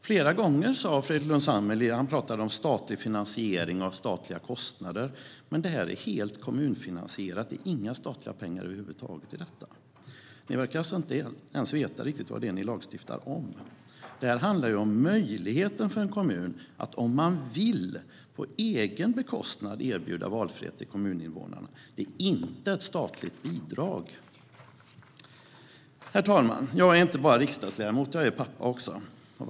Flera gånger pratade Fredrik Lundh Sammeli om statlig finansiering och statliga kostnader, men det här är helt kommunfinansierat. Det finns över huvud taget inga statliga pengar i detta. Ni verkar inte ens veta vad ni lagstiftar om. Här handlar det om möjligheten för en kommun att på egen bekostnad erbjuda valfrihet till kommuninvånarna. Det är inte ett statligt bidrag. Herr talman! Jag är inte bara riksdagsledamot, utan jag är också pappa.